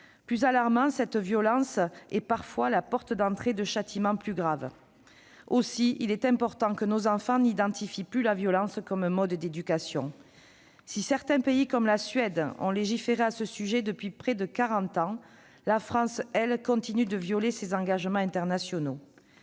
Plus alarmant, cette violence est parfois la porte d'entrée de châtiments plus graves. Aussi, il est important que nos enfants n'identifient plus la violence comme un mode d'éducation. Si certains pays comme la Suède ont légiféré à ce sujet depuis près de quarante ans, la France, elle, continue de violer ses engagements internationaux.